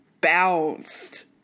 bounced